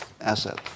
asset